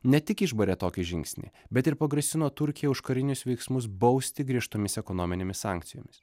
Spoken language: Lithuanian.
ne tik išbarė tokį žingsnį bet ir pagrasino turkijai už karinius veiksmus bausti griežtomis ekonominėmis sankcijomis